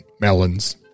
Melons